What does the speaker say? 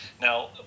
now